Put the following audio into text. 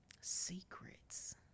Secrets